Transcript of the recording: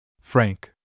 Frank